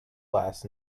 last